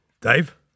Dave